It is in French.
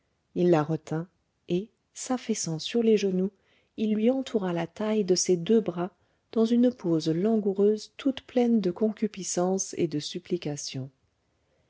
il la retint et s'affaissant sur les genoux il lui entoura la taille de ses deux bras dans une pose langoureuse toute pleine de concupiscence et de supplication